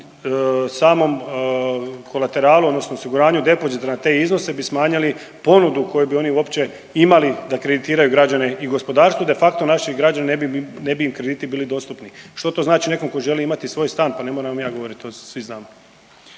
samom kolateralu odnosno osiguranju depozita na te iznose bi smanjili ponudu koju bi oni uopće imali da kreditiraju građane i gospodarstvo, de facto naši građani ne bi, ne bi im krediti ne bi bili dostupni. Što to znači nekom tko želi imati svoj stan pa ne moram vam ja govoriti to svi znamo.